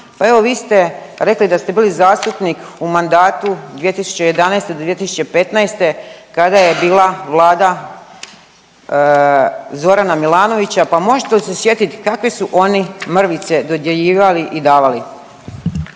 Pa evo vi ste rekli da ste bili zastupnik u mandatu 2011. do 2015. kada je bila Vlada Zorana Milanovića. Pa možete li se sjetiti kakve su oni mrvice dodjeljivali i davali?